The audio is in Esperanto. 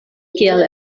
kiel